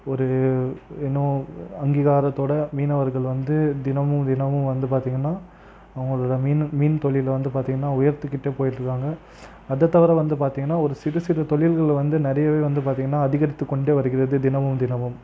ஒரு இன்னும் அங்கீகாரத்தோடு மீனவர்கள் வந்து தினமும் தினமும் வந்து பார்த்திங்கன்னா அவங்களோடய மீன் மீன் தொழிலை வந்து பார்த்திங்கன்னா உயர்த்திக்கிட்டே போயிட்டு இருக்காங்க அதைத் தவிர வந்து பார்த்திங்கன்னா ஒரு சிறு சிறு தொழில்கள் வந்து நிறையவே வந்து பார்த்திங்கன்னா அதிகரித்து கொண்டே வருகிறது தினமும் தினமும்